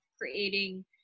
creating